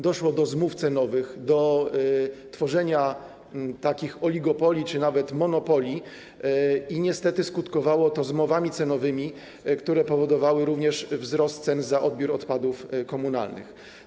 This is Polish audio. Doszło do tworzenia takich oligopoli czy nawet monopoli i niestety skutkowało to zmowami cenowymi, które powodowały również wzrost cen za odbiór odpadów komunalnych.